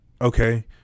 Okay